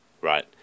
Right